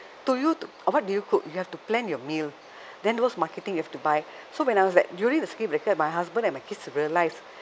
to you to what do you cook you have to plan your meal then those marketing you have to buy so when I was like during the circuit breaker my husband and my kids realize